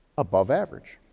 above average.